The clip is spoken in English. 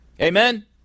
Amen